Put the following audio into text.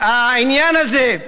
העניין הזה,